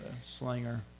Slinger